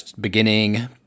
beginning